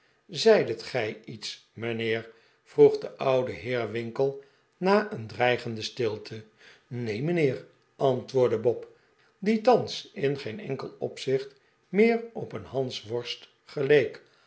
zeidet gij iets mijnheer vroeg de oude heer winkle na een dreigende stilte neen mijnheer antwoordde bob die thans in geen enkel opzieht meer op een hansworst geleek